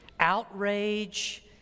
outrage